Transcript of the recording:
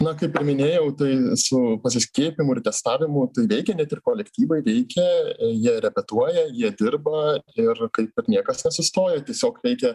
na kaip ir minėjau tai su pasiskiepyjimu ir testavimu tai veikia net ir kolektyvai veikia jie repetuoja jie dirba ir kaip ir niekas nesustojo tiesiog reikia